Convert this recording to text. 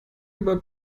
über